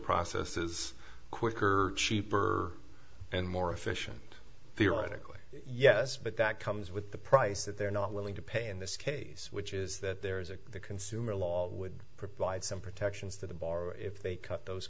process is quicker cheaper and more efficient theoretically yes but that comes with the price that they're not willing to pay in this case which is that there's a consumer law would provide some protections to the borrower if they cut those